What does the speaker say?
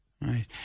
Right